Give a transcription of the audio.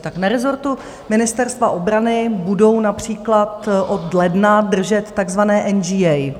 Tak na resortu Ministerstva obrany budou například od ledna držet takzvané NGA.